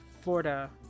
Florida